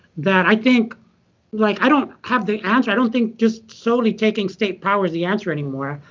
that i think like i don't have the answer. i don't think just solely taking state power is the answer anymore.